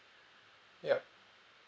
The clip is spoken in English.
ya